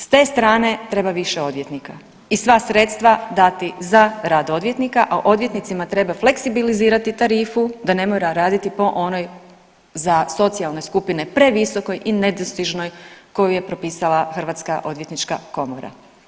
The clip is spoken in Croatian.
S te strane treba više odvjetnika i sva sredstva dati za rad odvjetnika, a odvjetnicima treba fleksibilizirati tarifu da ne mora raditi po onoj za socijalne skupine previsokoj i nedostižnoj koju je propisala Hrvatska odvjetnička komora.